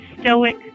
stoic